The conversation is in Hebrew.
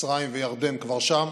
ומצרים וירדן כבר שם,